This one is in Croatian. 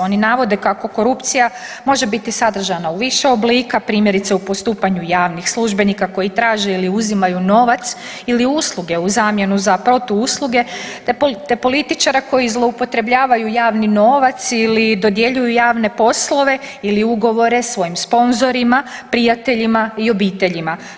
Oni navode kako korupcija može biti sadržana u više oblika, primjerice u postupanju javnih službenika koji traže ili uzimaju novac ili usluge u zamjenu za protuusluge, te političara koji zloupotrebljavaju javni novac ili dodjeljuju javne poslove ili ugovore svojim sponzorima, prijateljima i obiteljima.